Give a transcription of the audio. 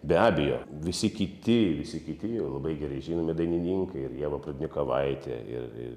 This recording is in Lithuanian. be abejo visi kiti visi kiti jau labai gerai žinomi dainininkai ir ieva prudnikovaitė ir ir